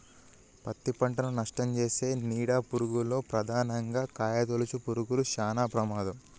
పత్తి పంటను నష్టంచేసే నీడ పురుగుల్లో ప్రధానంగా కాయతొలుచు పురుగులు శానా ప్రమాదం